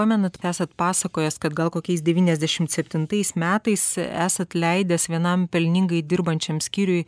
pamenat esat pasakojęs kad gal kokiais devyniasdešimt septintais metais esat leidęs vienam pelningai dirbančiam skyriui